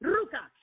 Ruka